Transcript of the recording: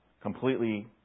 completely